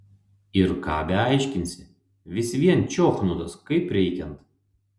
ir ką beaiškinsi vis vien čiochnutas kaip reikiant